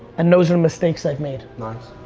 and those were mistakes i made. nice,